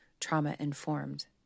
trauma-informed